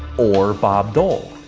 or bob dole.